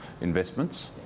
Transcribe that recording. investments